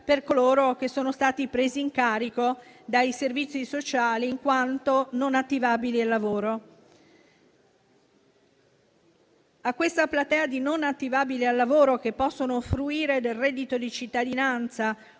per coloro che sono stati presi in carico dai servizi sociali in quanto non attivabili al lavoro. A questa platea di non attivabili al lavoro che possono fruire del reddito di cittadinanza